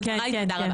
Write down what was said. כן.